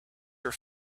your